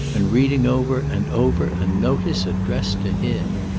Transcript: and reading over and over a notice addressed to him.